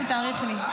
אני רוצה שתאריך לי.